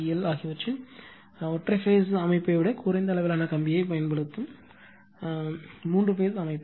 L ஆகியவற்றிற்கான ஒற்றை phase அமைப்பை விட குறைந்த அளவிலான கம்பியைப் பயன்படுத்தும் மூன்று பேஸ் அமைப்பு